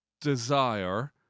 desire